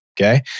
Okay